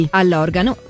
all'organo